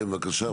כן, בבקשה.